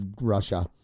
Russia